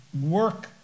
work